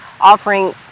offering